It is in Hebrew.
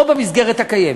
או במסגרת הקיימת.